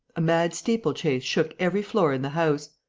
a mad steeplechase shook every floor in the house.